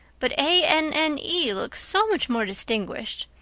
but a n n e looks so much more distinguished.